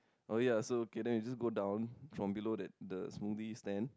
oh ya so okay then I just go down from below that the movie stand